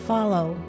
Follow